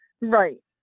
Right